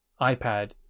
iPad